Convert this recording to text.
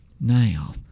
Now